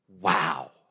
wow